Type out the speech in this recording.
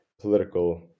political